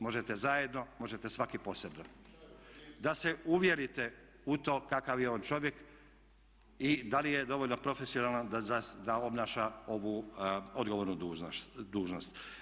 Možete zajedno, možete svaki posebno, da se uvjerite u to kakav je on čovjek i da li je dovoljno profesionalan da obnaša ovu odgovornu dužnost.